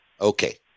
okay